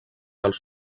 als